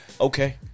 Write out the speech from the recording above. Okay